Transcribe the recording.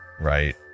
right